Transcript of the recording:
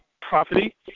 property